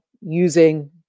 using